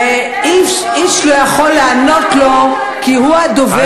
ואיש לא יכול לענות לו, כי הוא הדובר האחרון.